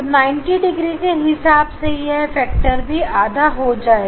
90 degree के हिसाब से यह फैक्टर भी आधा हो जाएगा